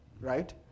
Right